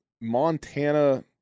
Montana